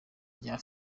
rya